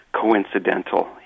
coincidental